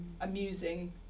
amusing